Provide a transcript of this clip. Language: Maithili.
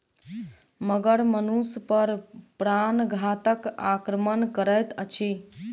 मगर मनुष पर प्राणघातक आक्रमण करैत अछि